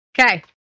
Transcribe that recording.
Okay